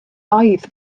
oedd